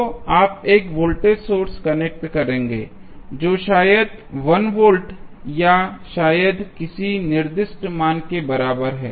तो आप एक वोल्टेज सोर्स कनेक्ट करेंगे जो शायद 1 वोल्ट या शायद किसी निर्दिष्ट मान के बराबर है